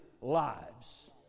lives